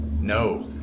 No